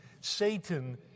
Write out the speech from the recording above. Satan